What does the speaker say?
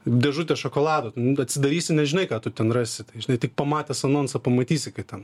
dėžutę šokolado atsidarysi nežinai ką tu ten rasi žinai tik pamatęs anonsą pamatysi kad ten